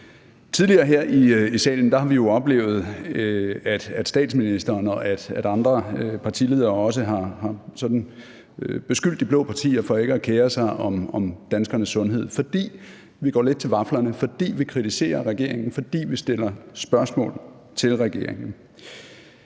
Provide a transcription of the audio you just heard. Tidligere her i salen har vi jo oplevet, at statsministeren og også andre partiledere sådan har beskyldt de blå partier for ikke at kere sig om danskernes sundhed, fordi vi går lidt til vaflerne, fordi vi kritiserer regeringen, fordi vi stiller spørgsmål til regeringen.